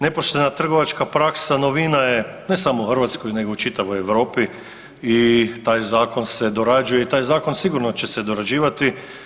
Nepoštena trgovačka praksa novina je ne samo u Hrvatskoj nego u čitavoj Europi i taj zakon se dorađuje i taj zakon sigurno će se dorađivati.